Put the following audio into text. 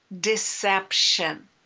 deception